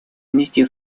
внести